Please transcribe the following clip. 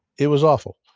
it was awful.